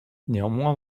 néanmoins